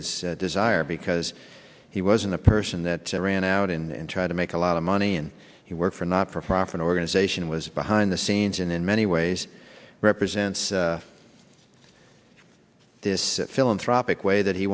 is desire because he was in the person that ran out and try to make a lot of money and he worked for a nonprofit organization was behind the scenes and in many ways represents this philanthropic way that he